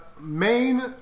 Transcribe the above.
main